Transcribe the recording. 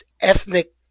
ethnic